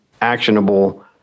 actionable